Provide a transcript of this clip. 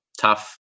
tough